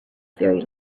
very